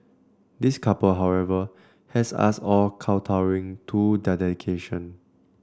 this couple however has us all kowtowing to their dedication